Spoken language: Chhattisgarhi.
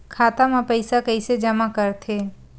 खाता म पईसा कइसे जमा करथे?